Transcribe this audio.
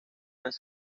las